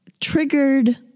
triggered